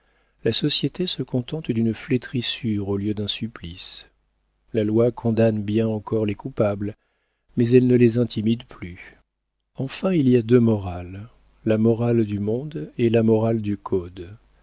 la société se contente d'une flétrissure au lieu d'un supplice la loi condamne bien encore les coupables mais elle ne les intimide plus enfin il y a deux morales la morale du monde et la morale du code